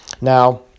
now